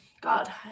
God